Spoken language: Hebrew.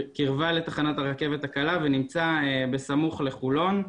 קרבה תחנת הרכבת הקלה ונמצא בסמוך לחולון.